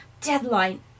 deadline